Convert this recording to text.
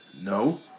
No